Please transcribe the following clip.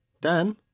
Dan